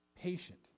patient